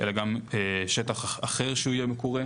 אלא גם שטח אחר שיהיה מקורה.